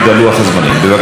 בבקשה, גברתי.